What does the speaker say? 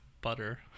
butter